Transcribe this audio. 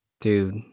dude